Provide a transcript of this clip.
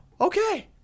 Okay